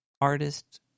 artist